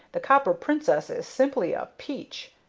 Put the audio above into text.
the copper princess is simply a peach.